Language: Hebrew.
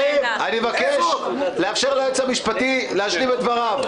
אני מבקש לאפשר ליועץ המשפטי להשלים את דבריו.